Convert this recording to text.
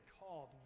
called